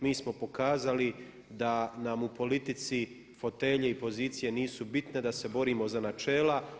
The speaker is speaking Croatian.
Mi smo pokazali da nam u politici fotelje i pozicije nisu bitne, da se borimo za načela.